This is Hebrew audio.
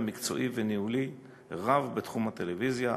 מקצועי וניהולי רב בתחום הטלוויזיה,